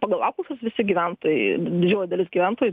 pagal apklausas visi gyventojai didžioji dalis gyventojų